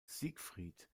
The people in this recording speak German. siegfried